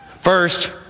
First